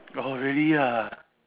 oh really ah